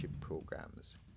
programs